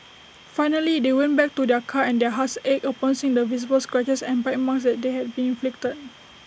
finally they went back to their car and their hearts ached upon seeing the visible scratches and bite marks that had been inflicted